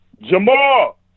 Jamal